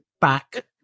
back